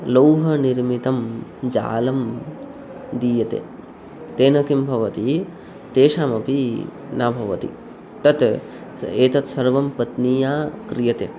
लोहनिर्मितं जालं दीयते तेन किं भवति तेषामपि न भवति तत् एतत् सर्वं पत्न्या क्रियते